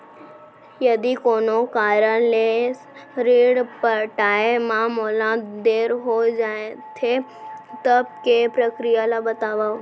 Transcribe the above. यदि कोनो कारन ले ऋण पटाय मा मोला देर हो जाथे, तब के प्रक्रिया ला बतावव